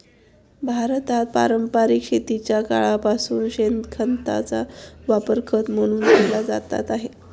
भारतात पारंपरिक शेतीच्या काळापासून शेणखताचा वापर खत म्हणून केला जात आहे